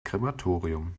krematorium